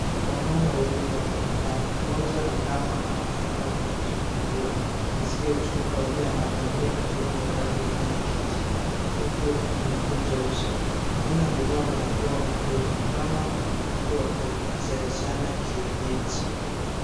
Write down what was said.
Wamama wawili wanaonekana. Moja ni kama anataka kujifungua. Anasikia uchungu kwa vile analalia mgongo wake kwenye kiti uku amekunja uso. Mwingine amevaa barakoa na glove ni kama ni mtu wa kunzalishana kienyeji.